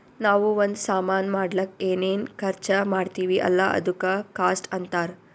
ನಾವೂ ಒಂದ್ ಸಾಮಾನ್ ಮಾಡ್ಲಕ್ ಏನೇನ್ ಖರ್ಚಾ ಮಾಡ್ತಿವಿ ಅಲ್ಲ ಅದುಕ್ಕ ಕಾಸ್ಟ್ ಅಂತಾರ್